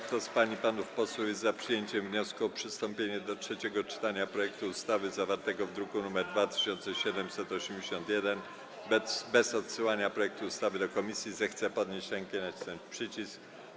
Kto z pań i panów posłów jest za przyjęciem wniosku o przystąpienie do trzeciego czytania projektu ustawy zawartego w druku nr 2781 bez odsyłania projektu ustawy do komisji, zechce podnieść rękę i nacisnąć przycisk.